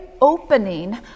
opening